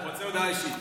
הוא רוצה הודעה אישית.